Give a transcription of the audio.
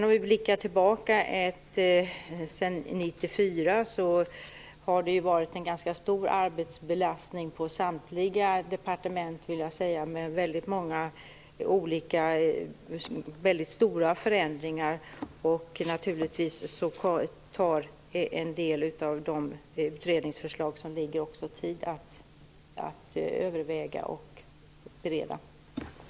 Om vi blickar tillbaka finner vi att det sedan 1994 har varit en ganska stor arbetsbelastning på samtliga departement, med väldigt stora förändringar, och en del av förslagen tar tid att överväga och bereda.